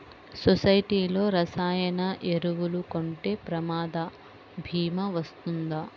సొసైటీలో రసాయన ఎరువులు కొంటే ప్రమాద భీమా వస్తుందా?